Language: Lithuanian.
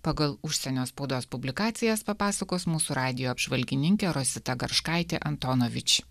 pagal užsienio spaudos publikacijas papasakos mūsų radijo apžvalgininkė rosita garškaitė antonovič